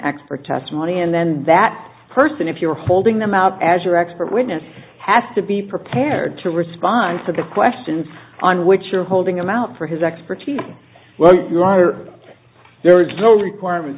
expert testimony and then that person if you are holding them out as your expert witness has to be prepared to respond to the questions on which you're holding him out for his expertise well you are there is no requirement